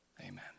amen